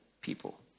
people